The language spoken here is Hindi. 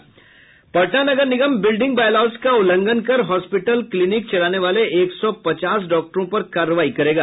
पटना नगर निगम बिल्डिंग बायलॉज का उल्लंघन कर हॉस्पिटल क्लीनिक चलाने वाले एक सौ पचास डॉक्टरों पर कार्रवाई करेगा